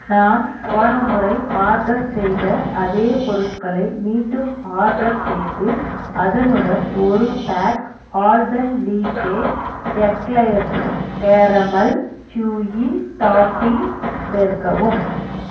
நான் போன முறை ஆர்டர் செய்த அதே பொருட்களை மீண்டும் ஆர்டர் செய்து அதனுடன் ஒரு pack Alpenliebe eclairs caramel chewy toffee சேர்க்கவும்